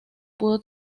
pudo